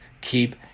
Keep